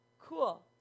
Cool